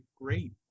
great